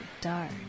dark